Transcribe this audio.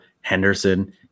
Henderson